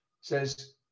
says